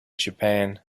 japan